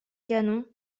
canon